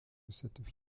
cette